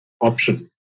option